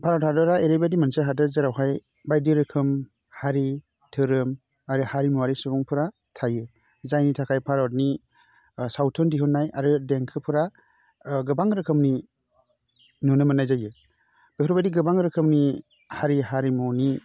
भारत हादरा ओरैबायदि मोनसे हादोर जेरावहाय बायदि रोखोम हारि दोरोम आरो हारिमुवारि सुबुंफोरा थायो जायनि थाखाय भारतनि सावथुन दिहुन्नाय आरो देंखोफोरा गोबां रोखोमनि नुनो मोन्नाय जायो बेफोरबायदि गोबां रोखोमनि हारि हारिमुनि